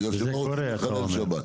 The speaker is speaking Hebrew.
בגלל שהם לא רוצים לחלל שבת.